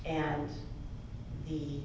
and the